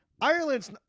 Ireland's